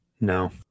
No